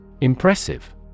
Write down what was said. Impressive